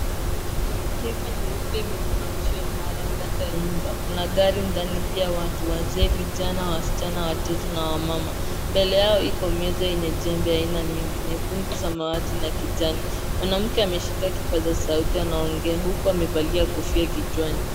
Hema nyeupe imesimama imara kando ya nyumba. kuna gari ndani pia watu wazee, wasichana, watoto na wamama. Mbele yao iko meza yenye jembe aina nyigi nyekundu, samawatina na kijani. Mwanamke ameshika kipaza sauti anaongea huku amevalia kofia kichwani.